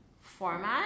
format